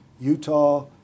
Utah